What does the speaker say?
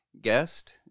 guest